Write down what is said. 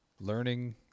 learning